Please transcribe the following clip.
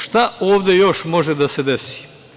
Šta ovde još može da se desi?